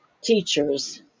teachers